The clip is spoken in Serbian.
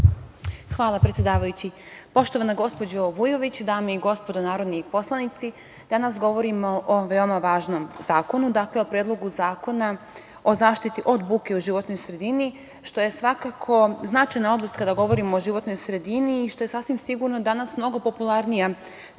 Hvala predsedavajući. Poštovana gospođo Vujović, dame i gospodo narodni poslanici, danas govorimo o veoma važnom zakonu, o Predlogu zakona o zaštiti od buke u životnoj sredini, što je svakako značajna oblast kada govorimo o životnoj sredini i što je sasvim sigurno danas mnogo popularnija